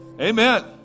Amen